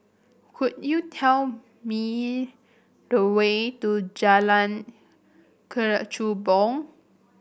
could you tell me the way to Jalan Kechubong